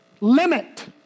limit